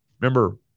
Remember